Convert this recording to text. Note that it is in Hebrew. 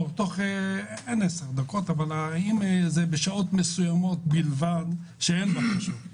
לא תוך עשר דקות אבל אם זה בשעות מסוימות כשאין בקשות,